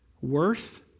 worth